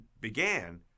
began